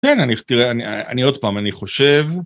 כן, אני, תראה, אני עוד פעם, אני חושב...